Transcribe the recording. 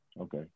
okay